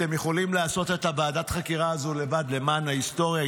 אתם יכולים לעשות את ועדת החקירה הזו לבד למען ההיסטוריה,